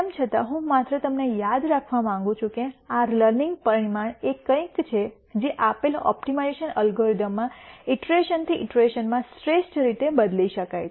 તેમ છતાં હું માત્ર તમને યાદ રાખવા માંગું છું કે આ લર્નિંગ પરિમાણ એ કંઈક છે જે આપેલ ઓપ્ટિમાઇઝેશન એલ્ગોરિધમમાં ઇટરેશનથી ઇટરેશનમાં શ્રેષ્ઠ રીતે બદલી શકાય છે